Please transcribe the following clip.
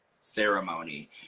ceremony